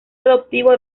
adoptivo